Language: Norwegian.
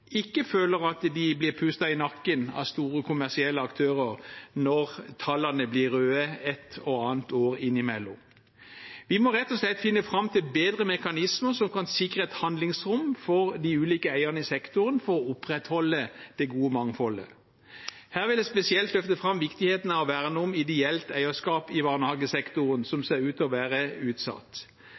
ikke føler at de blir pustet i nakken av store kommersielle aktører når tallene blir røde et og annet år innimellom. Vi må rett og slett finne fram til bedre mekanismer, som kan sikre et handlingsrom for de ulike eierne i sektoren for å opprettholde det gode mangfoldet. Her vil jeg spesielt løfte fram viktigheten av å verne om ideelt eierskap i barnehagesektoren, som ser ut til å være utsatt.